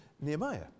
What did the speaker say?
Nehemiah